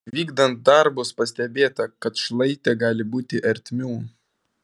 vykdant darbus pastebėta kad šlaite gali būti ertmių